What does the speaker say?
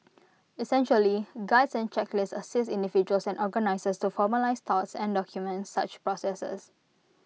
essentially Guides and checklist assist individuals and organisers to formalise thoughts and document such processes